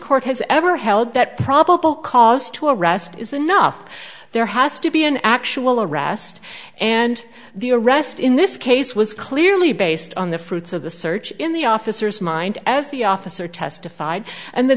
court has ever held that probable cause to a raw it is enough there has to be an actual arrest and the arrest in this case was clearly based on the fruits of the search in the officer's mind as the officer testified and the